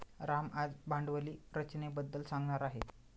राम आज भांडवली रचनेबद्दल सांगणार आहे